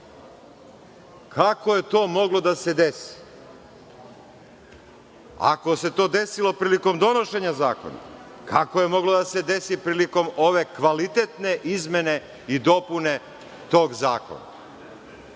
je to moglo da se desi? Ako se to desilo prilikom donošenja zakona, kako je moglo da se desi prilikom ove kvalitetne izmene i dopune tog zakona?